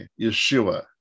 Yeshua